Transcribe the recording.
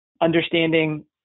understanding